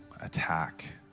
attack